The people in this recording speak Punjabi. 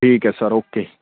ਠੀਕ ਹੈ ਸਰ ਓਕੇ